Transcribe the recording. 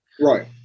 right